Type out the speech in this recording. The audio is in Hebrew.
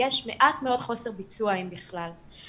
יש מעט מאוד חוסר ביצוע, אם בכלל.